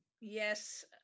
Yes